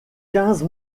quinze